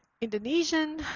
Indonesian